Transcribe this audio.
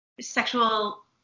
sexual